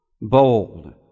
Bold